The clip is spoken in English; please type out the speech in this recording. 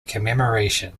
commemoration